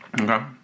Okay